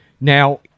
Now